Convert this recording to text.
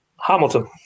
Hamilton